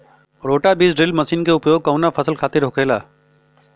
रोटा बिज drill machine के उपयोग कऊना फसल खातिर होखेला?